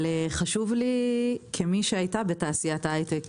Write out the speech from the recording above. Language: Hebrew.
אבל כמי שמעל עשור היתה בתעשיית ההייטק,